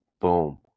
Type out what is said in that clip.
Boom